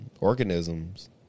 organisms